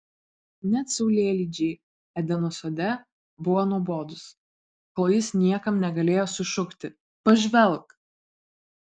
net saulėlydžiai edeno sode buvo nuobodūs kol jis niekam negalėjo sušukti pažvelk